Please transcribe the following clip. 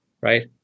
Right